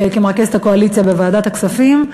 כמרכזת הקואליציה בוועדת הכספים,